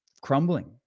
crumbling